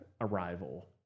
Arrival